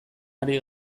ari